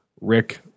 Rick